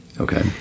Okay